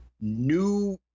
new